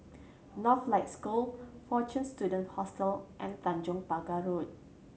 Northlight School Fortune Students Hostel and Tanjong Pagar Road